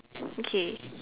okay